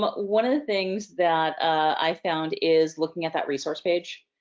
but one of the things that i found is looking at that resource page.